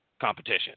competition